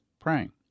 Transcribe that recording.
praying